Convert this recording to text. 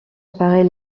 apparait